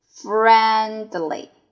Friendly